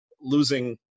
losing